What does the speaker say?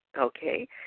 Okay